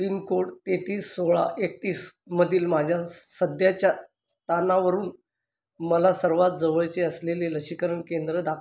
pin code तेहतीस सोळा एकतीसमधील माझ्या स सध्याच्या स्थानावरून मला सर्वात जवळचे असलेले लसीकरण केंद्र दाखवा